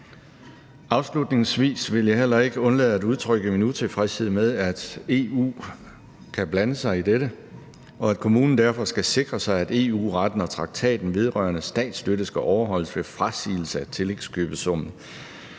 Afslutningsvis vil jeg heller ikke undlade at udtrykke min utilfredshed med, at EU kan blande sig i dette, og at kommunen derfor skal sikre sig, at EU-retten og traktaten vedrørende statsstøtte skal overholdes ved frasigelse af tillægskøbesummen.